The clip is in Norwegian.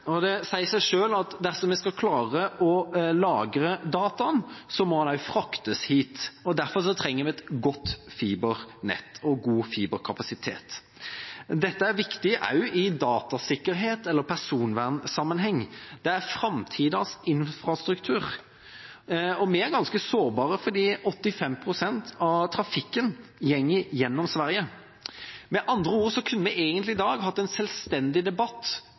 fiber. Det sier seg selv at dersom vi skal klare å lagre dataene, må de fraktes hit. Derfor trenger vi et godt fibernett og god fiberkapasitet. Dette er viktig også i sammenheng med datasikkerhet og personvern. Det er framtidens infrastruktur. Vi er ganske sårbare, for ca. 85 pst. av trafikken går gjennom Sverige. Med andre ord kunne vi egentlig i dag hatt en selvstendig debatt